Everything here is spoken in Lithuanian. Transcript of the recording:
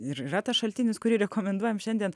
ir yra tas šaltinis kurį rekomenduojam šiandien